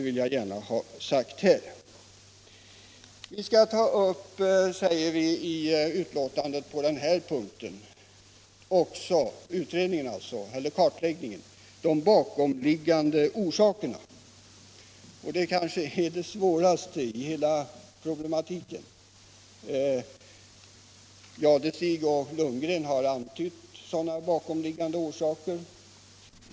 I utskottsbetänkandet sägs att man i kartläggningen också skall ta upp de bakomliggande orsakerna. Det är kanske det allra svåraste. Herrar Jadestig och Lundgren har antytt några bakomliggande orsaker.